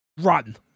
run